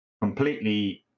completely